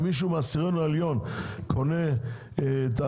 מישהו מהעשירון העליון קונה שהוא